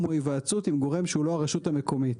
או היוועצות עם גורם שהוא לא הרשות המקומית.